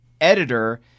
editor